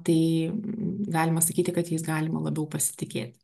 tai galima sakyti kad jais galima labiau pasitikėti